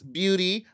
beauty